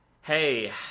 hey